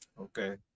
Okay